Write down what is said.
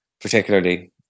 particularly